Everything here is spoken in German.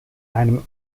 einem